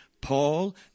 Paul